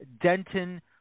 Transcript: Denton